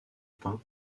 peint